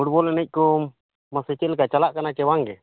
football ᱮᱱᱮᱡ ᱠᱚ ᱢᱟᱥᱮ ᱪᱮᱫ ᱞᱮᱠᱟ ᱪᱟᱞᱟᱜ ᱠᱟᱱᱟ ᱥᱮ ᱵᱟᱝ ᱜᱮ